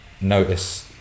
notice